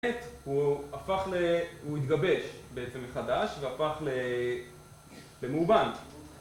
הוא התגבש בעצם מחדש והפך למובן